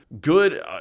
good